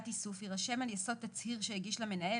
איסוף יירשם על יסוד תצהיר שהגיש למנהל,